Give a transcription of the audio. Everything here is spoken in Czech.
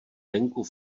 venku